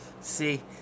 see